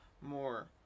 more